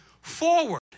forward